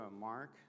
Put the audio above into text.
Mark